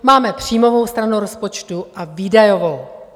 Máme příjmovou stranu rozpočtu a výdajovou.